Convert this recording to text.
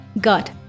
got